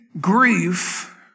Grief